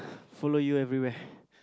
follow you everywhere